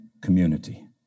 community